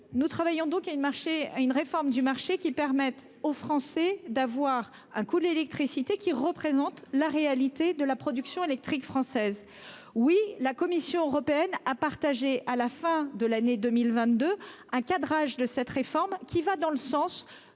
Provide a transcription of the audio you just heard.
nous travaillons à une réforme du marché permettant aux Français de bénéficier d'un prix de l'électricité qui représente la réalité de la production électrique française. Non ! Oui, la Commission européenne a évoqué à la fin de l'année 2022 un cadrage de cette réforme qui va dans le sens